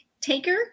taker